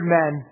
men